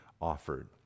offered